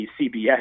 CBS